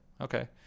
okay